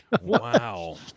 Wow